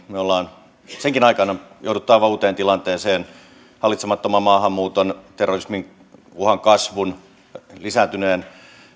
me olemme viimeisen vuodenkin aikana joutuneet aivan uuteen tilanteeseen hallitsemattoman maahanmuuton terrorismin uhan kasvun lisääntyneen